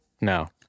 No